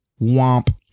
womp